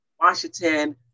Washington